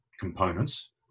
Components